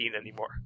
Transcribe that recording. anymore